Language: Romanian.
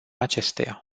acesteia